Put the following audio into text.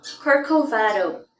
Corcovado